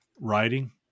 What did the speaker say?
writing